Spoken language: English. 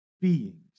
beings